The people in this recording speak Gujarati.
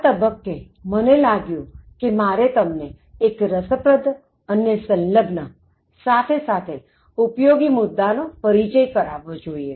આ તબક્કેમને લાગ્યું કે મારે તમને એક રસપ્રદ અને સંલગ્ન સાથે ઉપયોગી મુદ્દા નો પરિચય કરાવવો જોઇએ